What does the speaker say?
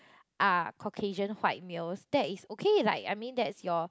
are Caucasian white males that is okay like I mean that's your